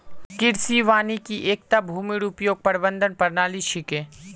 कृषि वानिकी एकता भूमिर उपयोग प्रबंधन प्रणाली छिके